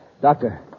Doctor